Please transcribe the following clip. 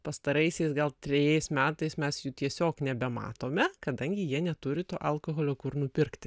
pastaraisiais gal trejais metais mes jų tiesiog nebematome kadangi jie neturi to alkoholio kur nupirkti